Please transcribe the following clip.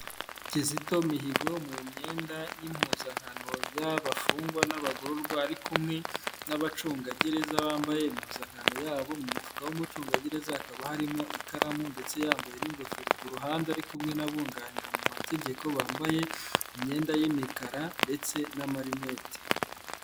Kizito Mihigo mu myenda y'impuzankano y'abafungwa n'abagororwa ari kumwe n'abacungagereza bambaye impuzankano yabo, mu mufuka w'umucungagereza hakaba harimo ikaramu ndetse yambaye n'ingofero ku ruhande ari kumwe n'abunganira mu mategeko bambaye imyenda y'imikara ndetse n'amarinete.